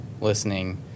listening